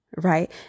right